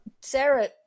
Sarah